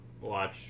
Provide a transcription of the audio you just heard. watch